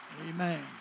Amen